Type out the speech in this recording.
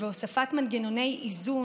והוספת מנגנוני איזון,